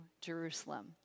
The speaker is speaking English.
Jerusalem